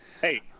Hey